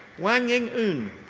wan ying oon.